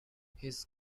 his